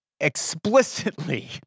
explicitly